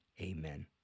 amen